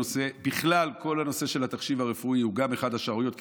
בכלל כל הנושא של התחשיב הרפואי הוא גם אחת השערוריות בעיריות,